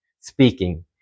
speaking